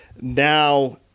now